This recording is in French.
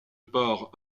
part